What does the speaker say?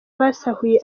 basahuye